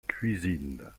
cuisine